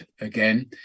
again